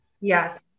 Yes